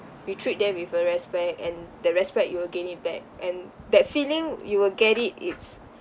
we treat them with a respect and the respect you will gain it back and that feeling you will get it it's